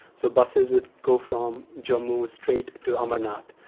so buses would go from jammu, straight to amarnath,